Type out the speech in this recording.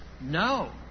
No